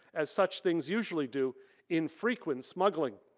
as such things usually do infrequent smuggling.